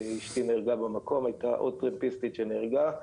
אשתי נהרגה במקום והייתה עוד טרמפיסטית שנהרגה.